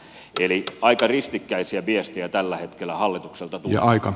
eli aika ristikkäisiä viestejä tällä hetkellä hallitukselta tulee